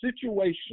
situation